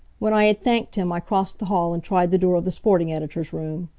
when i had thanked him i crossed the hall and tried the door of the sporting editor's room.